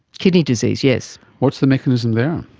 kidney disease, yes. what's the mechanism there?